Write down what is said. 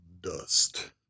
dust